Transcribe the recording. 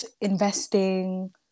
investing